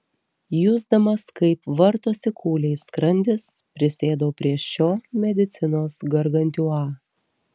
jusdamas kaip vartosi kūliais skrandis prisėdau prie šio medicinos gargantiua